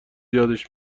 یادش